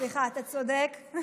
סליחה, אתה צודק.